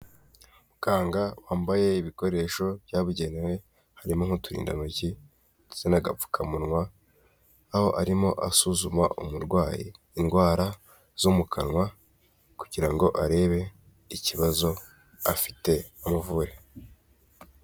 umuganga wambaye ibikoresho byabugenewe harimo nk'uturindantoki ndetse n'agapfukamunwa, aho arimo asuzuma umurwayi indwara zo mu kanwa, kugira ngo arebe ikibazo afite umuvure.